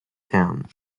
town